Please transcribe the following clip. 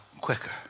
quicker